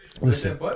Listen